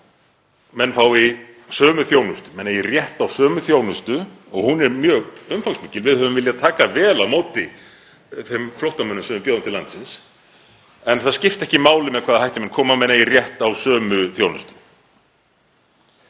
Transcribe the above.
menn fái sömu þjónustu, að menn eigi rétt á sömu þjónustu — og hún er mjög umfangsmikil. Við vildum taka vel á móti þeim flóttamönnum sem við bjóðum til landsins en það skipti ekki máli með hvaða hætti menn koma, að menn eigi rétt á sömu þjónustu.